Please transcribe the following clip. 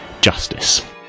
justice